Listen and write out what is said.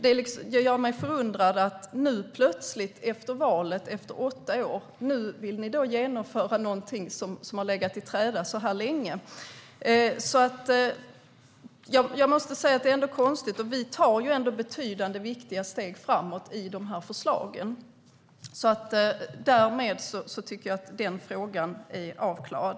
Det gör mig förundrad att ni nu plötsligt, efter valet och efter åtta år, vill genomföra något som har legat i träda länge. Det är konstigt. Vi tar betydande och viktiga steg framåt med förslagen. Därmed tycker jag att den frågan är avklarad.